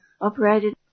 operated